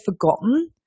forgotten